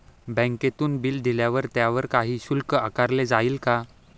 बँकेतून बिले दिल्यावर त्याच्यावर काही शुल्क आकारले जाईल का?